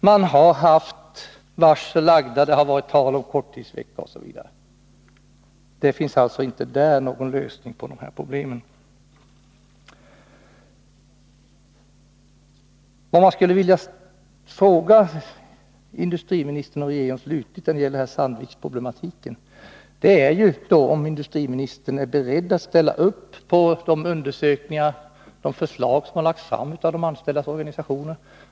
Varsel har varit aktuella, det har varit tal om korttidsvecka osv. Där finns alltså inte någon lösning på de här problemen. Det jag skulle vilja fråga industriministern och regeringen om när det gäller Sandviksproblematiken är om industriministern är beredd att ställa upp på de undersökningar och förslag som har lagts fram av de anställdas organisationer.